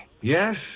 Yes